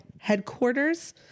headquarters